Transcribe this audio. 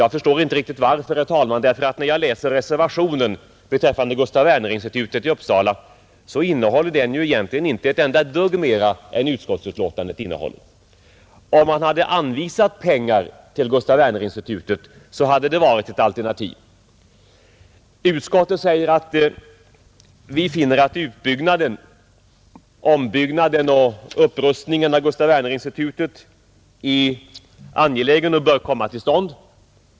Jag förstår inte riktigt varför, fru talman, för när jag läser reservationen beträffande Gustaf Werners institut i Uppsala, så finner jag att den egentligen inte innehåller något mera än utskottsbetänkandet. Om man hade anvisat pengar till Gustaf Werners institut, så hade det varit ett alternativ. Utskottet säger att vi finner att ombyggnaden och upprustningen av Gustaf Werners institut är angelägen och bör komma till stånd.